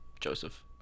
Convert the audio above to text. Joseph